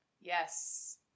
Yes